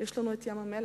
יש לנו את ים-המלח,